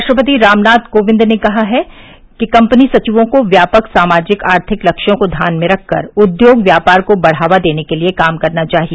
राष्ट्रपति रामनाथ कोविंद ने कहा है कि कंपनी सचिवों को व्यापक सामाजिक आर्थिक लक्ष्यों को ध्यान में रखकर उद्योग व्यापार को बढ़ावा देने के लिए काम करना चाहिए